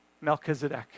Melchizedek